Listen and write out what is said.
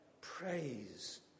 praise